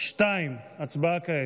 הצבעה כעת.